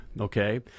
Okay